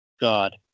God